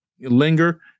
linger